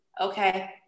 okay